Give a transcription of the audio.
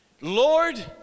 Lord